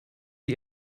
sie